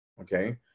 okay